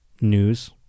News